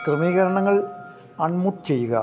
ക്രമീകരണങ്ങൾ അൺമ്മൂട്ട് ചെയ്യുക